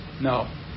No